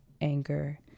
anger